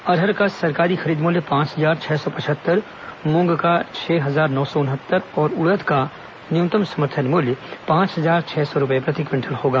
अरहर का सरकारी खरीद मुल्य पांच हजार छह सौ पचहत्तर मूंग का छह हजार नौ सौ उनहत्तर और उड़द का न्यूनतम समर्थन मूल्य पांच हजार छह सौ रूपये प्रति क्विटल होगा